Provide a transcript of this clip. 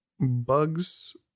Bugs